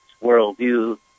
worldview